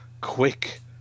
quick